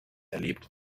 erlebt